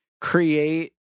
create